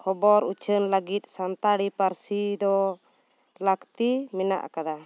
ᱠᱷᱚᱵᱚᱨ ᱩᱪᱷᱟᱹᱱ ᱞᱟᱹᱜᱤᱫ ᱥᱟᱱᱛᱟᱲᱤ ᱯᱟᱹᱨᱥᱤ ᱫᱚ ᱞᱟᱹᱠᱛᱤ ᱢᱮᱱᱟᱜ ᱟᱠᱟᱫᱟ